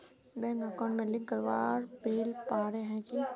Bank account में link करावेल पारे है की?